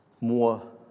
more